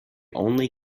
only